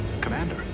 commander